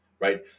right